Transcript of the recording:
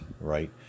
right